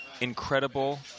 incredible